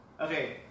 Okay